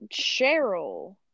Cheryl